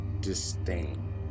Disdain